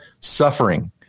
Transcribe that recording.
suffering